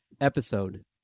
episode